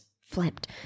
flipped